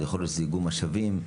או איגום משאבים,